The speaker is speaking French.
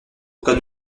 qu’un